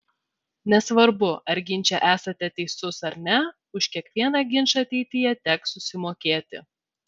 nesvarbu ar ginče esate teisus ar ne už kiekvieną ginčą ateityje teks susimokėti